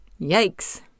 Yikes